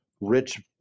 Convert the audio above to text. rich